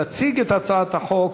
תציג את הצעת החוק,